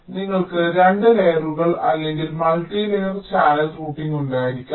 അതിനാൽ നിങ്ങൾക്ക് രണ്ട് ലെയറുകൾ അല്ലെങ്കിൽ മൾട്ടി ലെയർ ചാനൽ റൂട്ടിംഗ് ഉണ്ടായിരിക്കാം